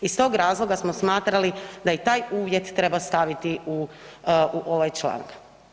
Iz tog razloga smo smatrali da i taj uvjet treba staviti u ovaj članak.